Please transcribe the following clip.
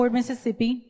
Mississippi